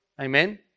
Amen